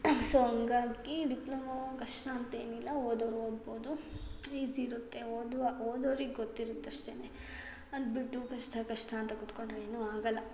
so ಹಂಗಾಗಿ diploma ಕಷ್ಟ ಅಂತ ಏನಿಲ್ಲ ಓದೋರು ಓದ್ಬೋದು ಈಝಿ ಇರುತ್ತೆ ಓದುವ ಓದೋರಿಗೆ ಗೊತ್ತಿರತ್ತೆ ಅಷ್ಟೇ ಅದುಬಿಟ್ಟು ಕಷ್ಟ ಕಷ್ಟ ಅಂತ ಕೂತುಕೊಂಡ್ರೆ ಏನೂ ಆಗಲ್ಲ